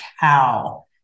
cow